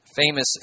Famous